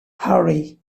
harry